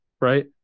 Right